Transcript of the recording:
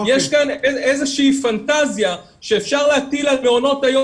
יש כאן איזושהי פנטזיה שאפשר להטיל על מעונות היום